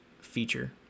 feature